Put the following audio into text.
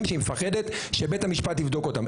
שהיא מפחדת שבית המשפט יבדוק אותם?